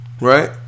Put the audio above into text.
right